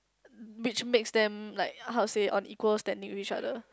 which makes them like how say unequal standing with each other